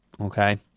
Okay